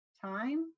Time